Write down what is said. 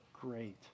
great